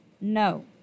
No